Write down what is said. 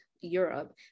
Europe